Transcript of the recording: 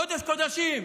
קודש קודשים,